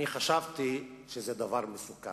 אני חשבתי שזה דבר מסוכן,